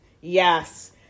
yes